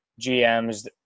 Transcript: GMs